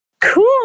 cool